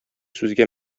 сүзгә